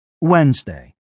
Wednesday